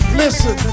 listen